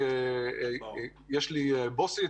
יש לי בוסית